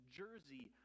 jersey